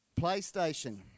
PlayStation